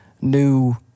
new